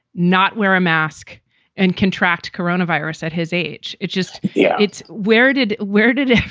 not wear a mask and contract coronavirus at his age. it just yeah it's where did where did.